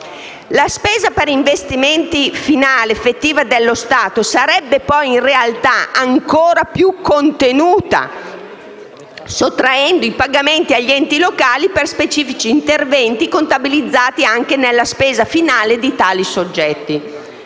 La spesa per investimenti finali effettiva dello Stato sarebbe poi in realtà ancora più contenuta, sottraendo i pagamenti agli enti locali per specifici interventi contabilizzati anche nella spesa finale di tali soggetti.